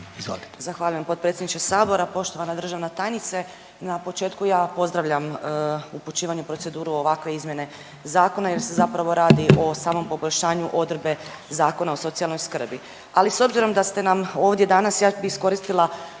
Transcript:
Zahvaljujem potpredsjedniče Sabora, poštovana državna tajnice. Na početku ja pozdravljam upućivanje u proceduru ovakve izmjene zakona, jer se zapravo radi o samom poboljšanju odredbe Zakona o socijalnoj skrbi. Ali s obzirom da ste nam ovdje danas ja bih iskoristila